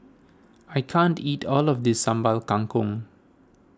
I can't eat all of this Sambal Kangkong